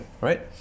right